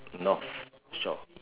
north shore